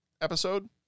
episode